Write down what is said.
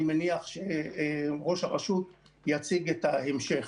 אני מניח שראש הרשות יציג את ההמשך.